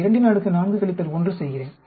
நான் 24 1 செய்கிறேன்